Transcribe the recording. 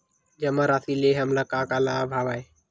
जमा राशि ले हमला का का लाभ हवय?